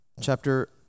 chapter